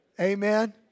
Amen